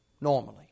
normally